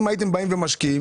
אם הייתם באים ומשקיעים,